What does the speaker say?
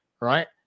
right